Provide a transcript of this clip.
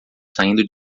saindo